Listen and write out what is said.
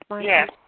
Yes